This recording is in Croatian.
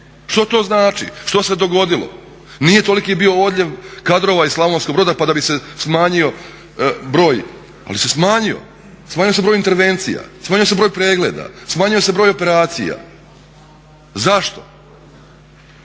Što to znači? Što se dogodilo? Nije toliki bio odljev kadrova iz Slavonskog Broda pa da bi se smanjio broj ali se smanjio broj intervencija, smanjio se broj pregleda, smanjio se broj operacija. Zašto?